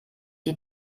die